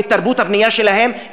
את תרבות הבנייה שלהם,